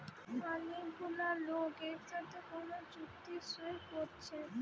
অনেক গুলা লোক একসাথে কোন চুক্তি সই কোরছে